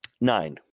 nine